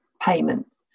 payments